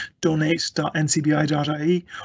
donate.ncbi.ie